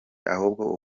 ahubwo